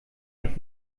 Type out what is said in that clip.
nicht